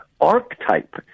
archetype